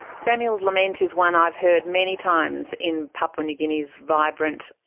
samuel's lament is one i've heard many times in papua new guinea's vibrant,